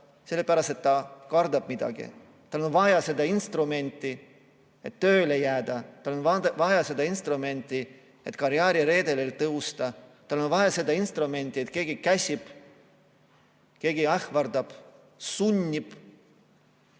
sellepärast et ta kardab midagi. Tal on vaja seda instrumenti, et tööle jääda, tal on vaja seda instrumenti, et karjääriredelil tõusta. Tal on vaja seda instrumenti, sest keegi käsib, keegi ähvardab, sunnib.